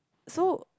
so